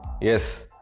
Yes